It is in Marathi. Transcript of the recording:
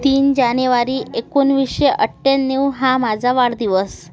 तीन जानेवारी एकोणवीसशे अठ्ठ्याण्णव हा माझा वाढदिवस